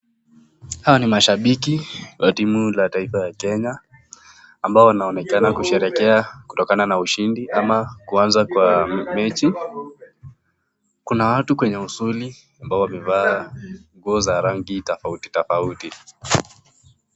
Hawa ni mashabiki wa timu la taifa la Kenya , ambao wanaonekana kusherekea kutokana na ushindi ama kwanza kwa mechi, Kuna watu kwenye usoni ambao wamevaa nguo za rangi tofauti tofauti.